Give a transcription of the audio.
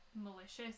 malicious